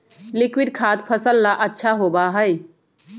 liquid खाद फसल ला अच्छा होबा हई